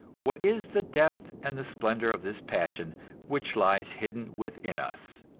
what is the depth and the splendor of this passion which lies hidden within us,